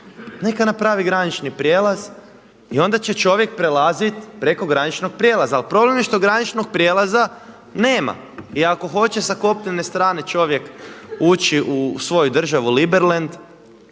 neka napravi granični prijelaz i onda će čovjek prelazit preko graničnog prijelaza. Ali problem je što graničnog prijelaza nema. I ako hoće sa kopnene strane čovjek ući u svoju državu Liberlend